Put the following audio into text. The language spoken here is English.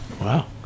Wow